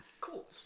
Cool